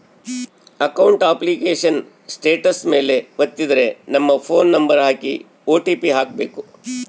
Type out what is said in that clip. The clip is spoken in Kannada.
ಅಕೌಂಟ್ ಅಪ್ಲಿಕೇಶನ್ ಸ್ಟೇಟಸ್ ಮೇಲೆ ವತ್ತಿದ್ರೆ ನಮ್ ಫೋನ್ ನಂಬರ್ ಹಾಕಿ ಓ.ಟಿ.ಪಿ ಹಾಕ್ಬೆಕು